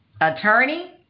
attorney